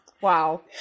Wow